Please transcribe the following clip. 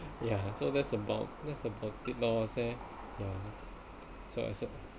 ya so that's about that's about it lor I say so I